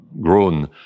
grown